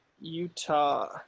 Utah